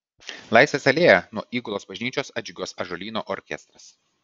laisvės alėja nuo įgulos bažnyčios atžygiuos ąžuolyno orkestras